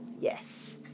yes